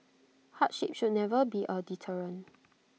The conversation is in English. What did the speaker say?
hardship should never be A deterrent